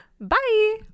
Bye